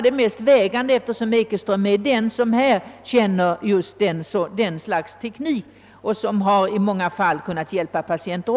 Docent Ekeström känner till denna teknik och har i många fall kunnat hjälpa patienter.